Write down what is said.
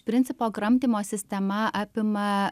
principo kramtymo sistema apima